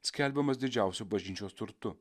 skelbiamas didžiausiu bažnyčios turtu